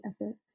efforts